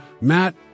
Matt